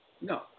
No